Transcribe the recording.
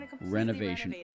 Renovation